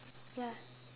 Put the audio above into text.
ya